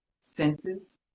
senses